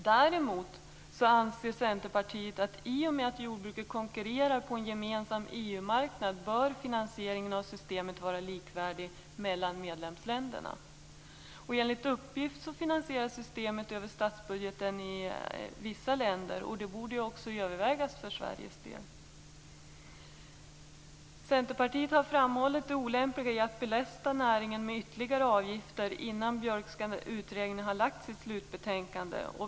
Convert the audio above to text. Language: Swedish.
Däremot anser Centerpartiet att finansieringen av systemet, i och med att jordbruket konkurrerar på en gemensam EU-marknad, bör vara likvärdig mellan medlemsländerna. Enligt uppgift finansieras systemet över statsbudgeten i vissa länder. Det borde övervägas också för Sveriges del. Centerpartiet har framhållit det olämpliga i att belasta näringen med ytterligare avgifter innan Björkska utredningen har lagt fram sitt slutbetänkande.